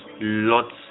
lots